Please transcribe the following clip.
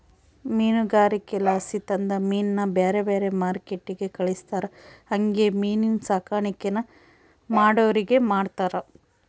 ಮೀನುಗಾರಿಕೆಲಾಸಿ ತಂದ ಮೀನ್ನ ಬ್ಯಾರೆ ಬ್ಯಾರೆ ಮಾರ್ಕೆಟ್ಟಿಗೆ ಕಳಿಸ್ತಾರ ಹಂಗೆ ಮೀನಿನ್ ಸಾಕಾಣಿಕೇನ ಮಾಡೋರಿಗೆ ಮಾರ್ತಾರ